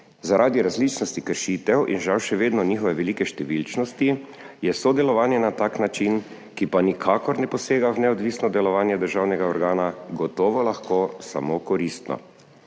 Zaradi različnosti kršitev in žal še vedno njihove velike številnosti je sodelovanje na tak način, ki pa nikakor ne posega v neodvisno delovanje državnega organa, gotovo lahko samo koristno,